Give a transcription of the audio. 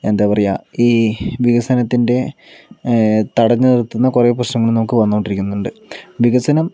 എന്താ പറയുക ഈ വികസനത്തിൻ്റെ തടഞ്ഞ് നിർത്തുന്ന കുറെ പ്രശ്നങ്ങൾ നമുക്ക് വന്നോണ്ടിരിക്കുന്നുണ്ട് വികസനം